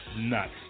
nuts